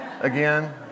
again